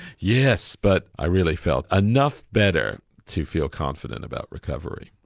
yes, but i really felt enough better to feel confident about recovery.